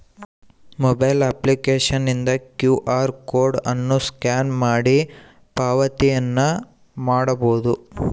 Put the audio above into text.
mobile ಅಪ್ಲಿಕೇಶನ್ನಿಂದ Q R code ಅನ್ನು scan ಮಾಡಿ ಪಾವತಿಯನ್ನ ಮಾಡಬೊದು